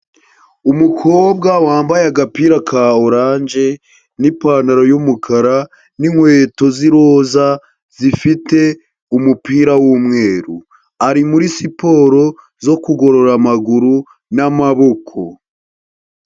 Umukobwa wambaye agapira ka oranje n'ipantaro y'umukara n'inkweto z'iroza zifite umupira w'umweru ari muri siporo zo kugorora amaguru n'amaboko.